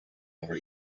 over